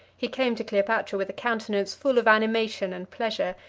he came to cleopatra with a countenance full of animation and pleasure,